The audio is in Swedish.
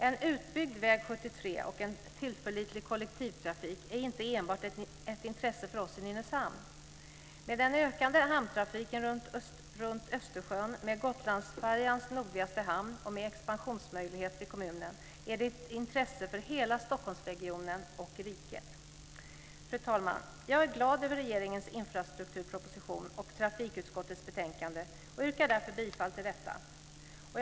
En utbyggd väg 73 och en tillförlitlig kollektivtrafik är inte ett intresse enbart för oss i Nynäshamn. Gotlandsfärjans nordligaste hamn och med expansionsmöjligheter i kommunen är det ett intresse för hela Stockholmsregionen och riket. Fru talman! Jag är glad över regeringens infrastrukturproposition och trafikutskottets betänkande och yrkar därför bifall till utskottets förslag till beslut.